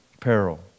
peril